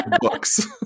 books